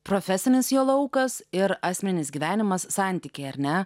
profesinis jo laukas ir asmeninis gyvenimas santykiai ar ne